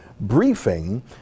briefing